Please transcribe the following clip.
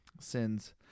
sins